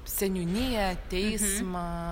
seniūniją teismą